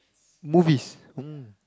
movies